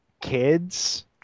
kids